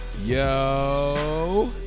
Yo